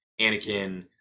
anakin